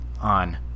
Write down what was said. on